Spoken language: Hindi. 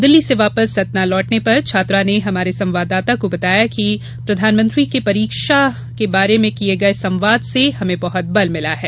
दिल्ली से वापस सतना लौटने पर छात्रा ने हमारे संवाददाता को बताया कि प्रधानमंत्री के परीक्षा के बारे में किये गये संवाद से हमें बहुत बल मिला है